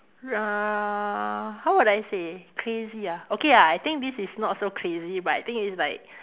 uh how would I say crazy ah okay ah I think this is not so crazy but I think it's like